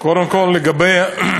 קודם כול, לגבי